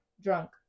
drunk